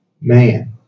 Man